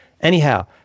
anyhow